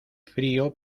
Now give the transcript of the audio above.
frío